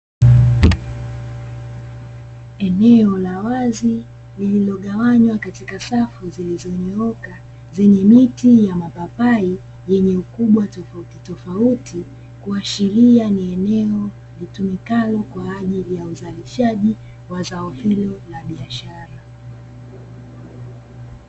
Eneo la wazi lililogawanywa katika safu zilizonyooka zenye miti ya mapapai yenye ukubwa tofautitofauti, kuashiria ni eneo litumikalo kwa ajili ya uzalishaji wa zao hilo la biashara.